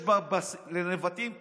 יש לנבטים כביש,